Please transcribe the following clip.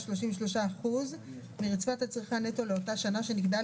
(1)8.33% מרצפת הצריכה נטו לאותה שנה שנקבעה